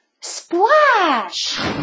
splash